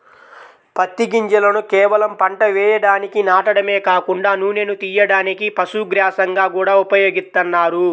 పత్తి గింజలను కేవలం పంట వేయడానికి నాటడమే కాకుండా నూనెను తియ్యడానికి, పశుగ్రాసంగా గూడా ఉపయోగిత్తన్నారు